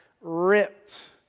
ripped